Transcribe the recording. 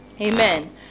Amen